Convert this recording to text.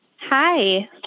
Hi